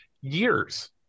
years